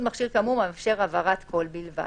מכשיר כאמור המאפשר העברת קול בלבד,